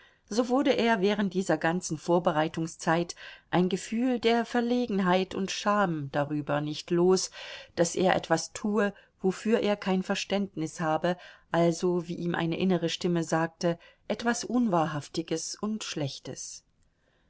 so wurde er während dieser ganzen vorbereitungszeit ein gefühl der verlegenheit und scham darüber nicht los daß er etwas tue wofür er kein verständnis habe also wie ihm eine innere stimme sagte etwas unwahrhaftiges und schlechtes